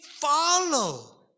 follow